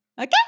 Okay